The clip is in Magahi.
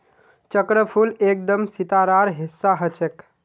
चक्रफूल एकदम सितारार हिस्सा ह छेक